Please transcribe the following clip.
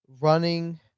running